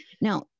Now